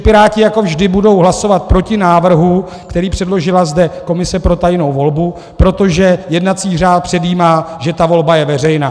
Piráti jako vždy budou hlasovat proti návrhu, který zde předložila komise, návrhu pro tajnou volbu, protože jednací řád předjímá, že ta volba je veřejná.